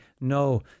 no